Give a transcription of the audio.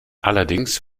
allerdings